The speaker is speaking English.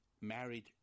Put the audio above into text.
married